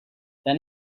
then